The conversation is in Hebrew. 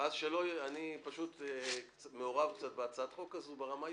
אני פשוט מעורב בהצעת החוק הזאת ברמה האישית,